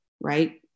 right